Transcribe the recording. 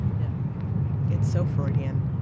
yeah it's so freudian.